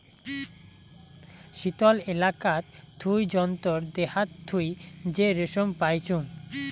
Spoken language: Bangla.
শীতল এলাকাত থুই জন্তুর দেহাত থুই যে রেশম পাইচুঙ